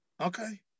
Okay